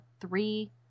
three